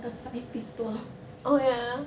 the funny people